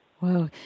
Wow